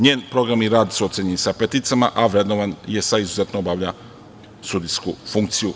Njen program i rad su ocenjeni sa „pet“, a vrednovana je sa „izuzetno obavlja sudijsku funkciju“